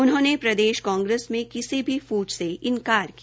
उन्होंने प्रदेश कांग्रेस में किसी भी फूट से इन्कार किया